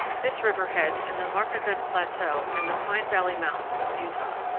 this river heads in the markagunt plateau and the pine valley mountains of utah.